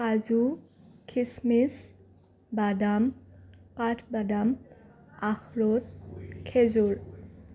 কাজু খিচমিচ বাদাম কাঠবাদাম আখৰোত খেজুৰ